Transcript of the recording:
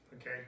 Okay